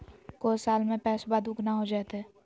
को साल में पैसबा दुगना हो जयते?